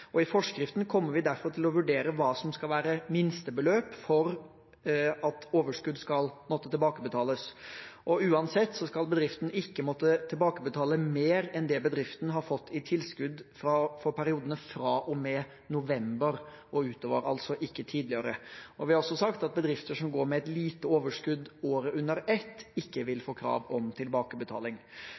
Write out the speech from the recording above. I forskriften kommer vi derfor til å vurdere hva som skal være minstebeløp for at overskudd skal måtte tilbakebetales. Uansett skal bedriften ikke måtte tilbakebetale mer enn det bedriften har fått i tilskudd for perioden fra og med november og utover – altså ikke tidligere. Vi har også sagt at bedrifter som går med et lite overskudd året under ett, ikke vil få krav om tilbakebetaling.